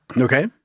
Okay